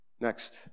next